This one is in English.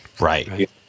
Right